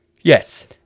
Yes